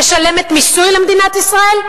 משלמת מיסוי למדינת ישראל?